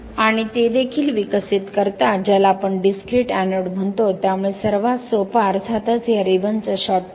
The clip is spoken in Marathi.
आणि ते देखील विकसित करतात ज्याला आपण डिस्क्रिट एनोड म्हणतो त्यामुळे सर्वात सोपा अर्थातच या रिबनचा शॉर्ट कट